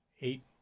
eight